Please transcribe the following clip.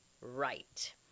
right